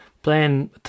playing